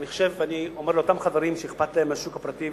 אבל אני אומר לאותם שאכפת להם מהשוק הפרטי,